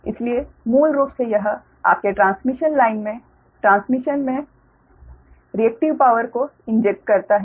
इसलिए मूल रूप से यह आपके ट्रांसमिशन लाइन में ट्रांसमिशन में रिएक्टिव पावर को इंजेक्ट करता है